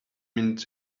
minutes